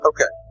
Okay